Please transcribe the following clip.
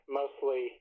mostly